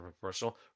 professional